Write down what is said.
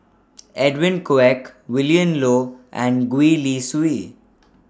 Edwin Koek Willin Low and Gwee Li Sui